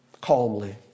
calmly